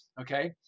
okay